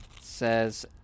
says